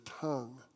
tongue